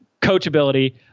coachability